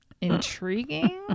intriguing